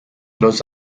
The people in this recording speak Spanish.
los